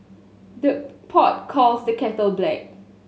the pot calls the kettle black